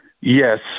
Yes